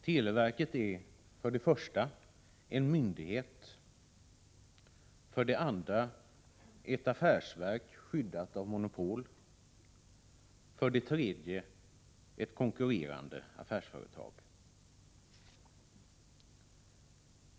Televerket är för det första en myndighet, för det andra ett affärsverk, skyddat av monopol, och för det tredje ett konkurrerande affärsföretag.